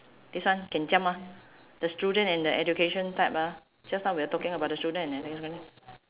this one can jump ah the student and the education type ah just now we are talking about the student and e~